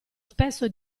spesso